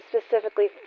specifically